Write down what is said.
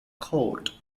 court